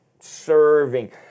serving